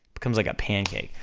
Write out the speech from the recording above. becomes like a pancake.